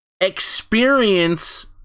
experience